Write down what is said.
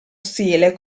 stile